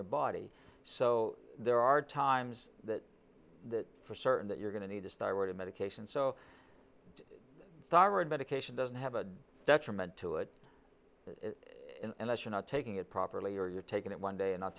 your body so there are times that for certain that you're going to need to start a medication so thyroid medication doesn't have a detriment to it unless you're not taking it properly or you're taking it one day and